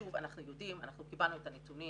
שוב, אנחנו יודעים, אנחנו קיבלנו את הנתונים.